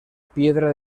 piedra